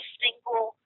single